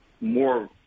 more